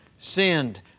Sinned